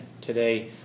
Today